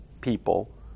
people